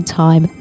time